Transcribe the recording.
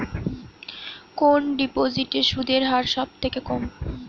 কোন ডিপোজিটে সুদের হার সবথেকে কম?